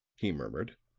he murmured,